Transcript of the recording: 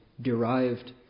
derived